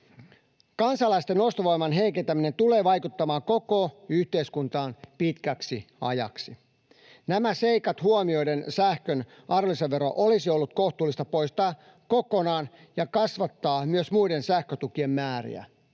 Kansalaisten ostovoiman heikentäminen tulee vaikuttamaan koko yhteiskuntaan pitkäksi ajaksi. Nämä seikat huomioiden sähkön arvonlisävero olisi ollut kohtuullista poistaa kokonaan ja kasvattaa myös muiden sähkötukien määriä.